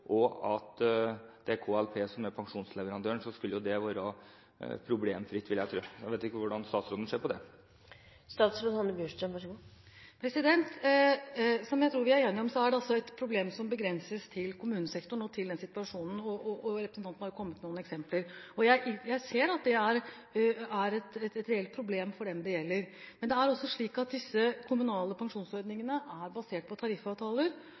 og at det er KLP som er pensjonsleverandøren, skulle det være problemfritt, vil jeg tro. Jeg vet ikke hvordan statsråden ser på det? Som jeg tror vi er enige om, er det et problem som begrenses til kommunesektoren og til den situasjonen. Representanten har kommet med noen eksempler. Jeg ser at det er et reelt problem for dem det gjelder, men det er også slik at disse kommunale pensjonsordningene er basert på tariffavtaler,